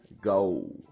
go